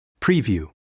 Preview